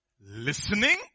listening